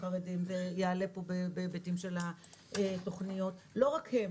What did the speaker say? חרדים זה יעלה בהיבטים של תוכניות לא רק הם.